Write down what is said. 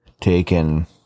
taken